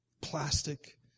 plastic